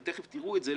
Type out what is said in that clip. ותכף תראו את זה,